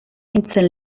nintzen